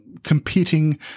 competing